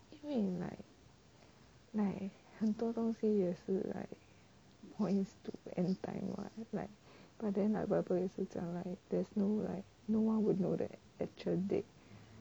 因为 like 很多东西也是 like end time [what] but then like bible 也是讲 like there's no like no one would know that actual date